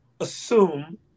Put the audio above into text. assume